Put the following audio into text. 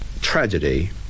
tragedy